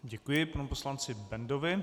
Děkuji panu poslanci Bendovi.